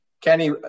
Kenny